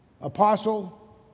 Apostle